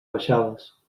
baixades